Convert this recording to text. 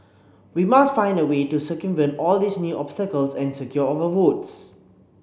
we must find a way to circumvent all these new obstacles and secure our votes